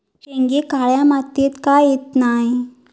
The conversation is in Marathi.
शेंगे काळ्या मातीयेत का येत नाय?